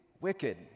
wicked